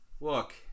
Look